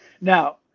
Now